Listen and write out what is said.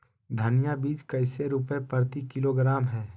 धनिया बीज कैसे रुपए प्रति किलोग्राम है?